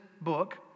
book